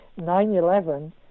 9-11